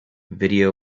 video